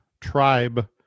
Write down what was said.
tribe